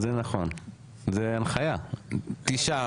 תשעה.